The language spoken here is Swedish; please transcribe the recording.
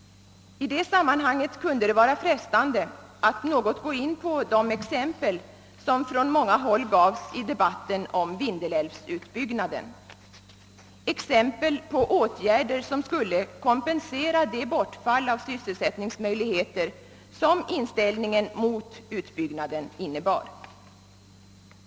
Det kunde vara frestande att i det sammanhanget något ingå på exempel som från många håll anfördes i debatten om Vindelälvens utbyggnad, exempel på åtgärder som skulle kompensera det bortfall av sysselsättningsmöjligheter som motståndet mot utbyggnaden innebar.